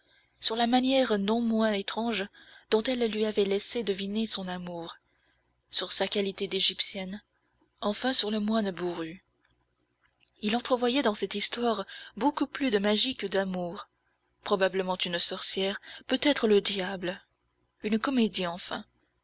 sur la manière non moins étrange dont elle lui avait laissé deviner son amour sur sa qualité d'égyptienne enfin sur le moine bourru il entrevoyait dans cette histoire beaucoup plus de magie que d'amour probablement une sorcière peut-être le diable une comédie enfin